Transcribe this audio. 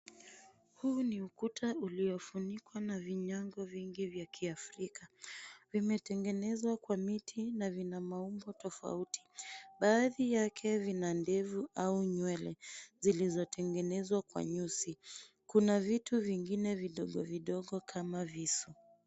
Huu ni ukuta uliofunikwa na vinyago vingi vya kiafrika, vimetengenezwa kwa miti na vina maumbo tofauti baadhi yake vina ndevu au nywele zilizotengenezwa kwa nyuzi, kuna vitu vingine vidogo vidogo kama visu.